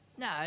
no